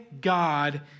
God